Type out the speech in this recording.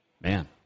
man